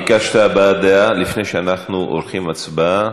ביקשת הבעת דעה לפני שאנחנו עורכים הצבעה,